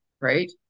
right